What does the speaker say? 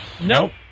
Nope